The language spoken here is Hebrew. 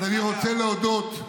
אז אני רוצה להודות,